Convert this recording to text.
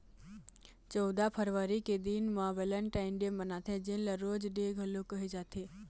चउदा फरवरी के दिन म वेलेंटाइन डे मनाथे जेन ल रोज डे घलोक कहे जाथे